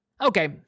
Okay